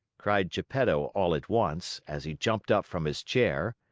cried geppetto all at once, as he jumped up from his chair.